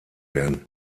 werden